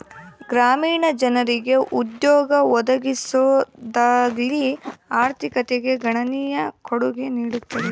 ಗ್ರಾಮೀಣ ಜನರಿಗೆ ಉದ್ಯೋಗ ಒದಗಿಸೋದರ್ಲಾಸಿ ಆರ್ಥಿಕತೆಗೆ ಗಣನೀಯ ಕೊಡುಗೆ ನೀಡುತ್ತದೆ